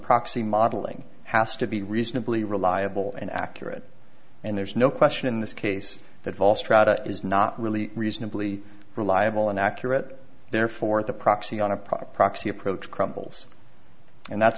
proxy modeling has to be reasonably reliable and accurate and there's no question in this case that vol strata is not really reasonably reliable and accurate therefore the proxy on a product proxy approach crumbles and that's